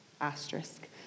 asterisk